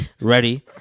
Ready